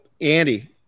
Andy